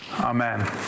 Amen